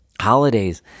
holidays